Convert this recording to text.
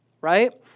right